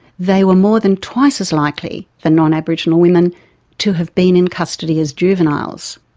they were more than twice as likely than non-aboriginal women to have been in custody as juveniles.